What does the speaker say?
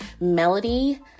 Melody